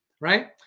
right